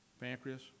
Pancreas